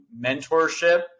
mentorship